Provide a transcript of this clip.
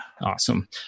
Awesome